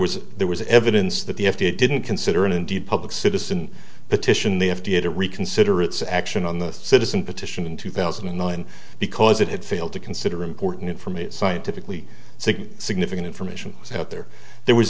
was there was evidence that the f d a didn't consider and indeed public citizen petition the f d a to reconsider its action on the citizen petition in two thousand and nine because it had failed to consider important for me scientifically significant information out there there was